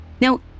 Now